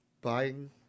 buying